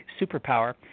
superpower